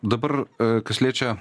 dabar kas liečia